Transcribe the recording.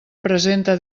presenta